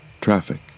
Traffic